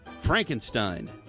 Frankenstein